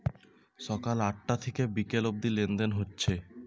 সকাল আটটা থিকে বিকাল অব্দি লেনদেন হচ্ছে